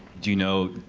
do you know,